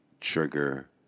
trigger